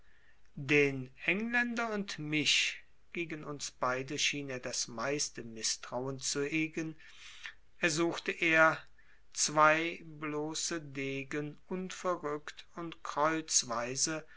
den engländer und mich gegen uns beide schien er das meiste mißtrauen zu hegen ersuchte er zwei bloße degen unverrückt und